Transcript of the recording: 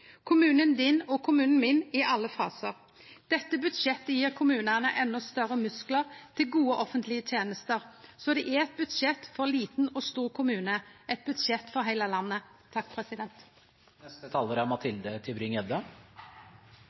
kommunen din og kommunen min i alle fasar. Dette budsjettet gjev kommunane endå større musklar til gode offentlege tenester, så det er eit budsjett for liten og stor kommune, eit budsjett for heile landet.